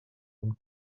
von